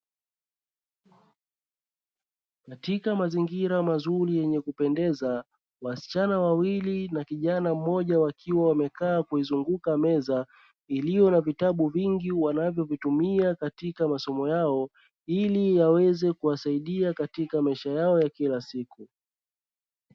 Katika mazingira mazuri yenye kupendeza wasichana wawili na kijana mmoja wakiwa wamekaa na kuzunguka meza, iliyo na vitabu vingi wanavyovitumia katika masomo yao ili yaweze kuwasaida katika masomo yao ya kila siku.